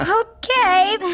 ah okay,